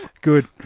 Good